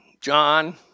John